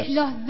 los